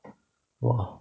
!wah!